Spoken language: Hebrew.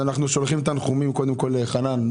אנחנו קודם כל שולחים תנחומים לחנן.